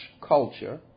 culture